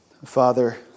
Father